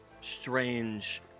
strange